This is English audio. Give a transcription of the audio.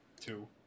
Two